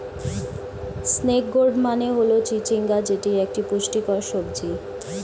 snake gourd মানে হল চিচিঙ্গা যেটি একটি পুষ্টিকর সবজি